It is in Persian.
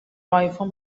آیفون